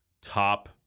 top